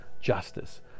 justice